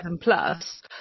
plus